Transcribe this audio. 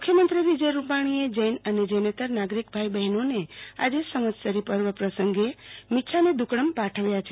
મુખ્યમંત્રી વિજય રૂપાણીયે જૈન અને જૈનેતર નાગરિક ભાઇ બહેનોને આજે સંવત્સરી પર્વ પ્રસંગે મિચ્છામી દુકકડમ પાઠવ્યા છે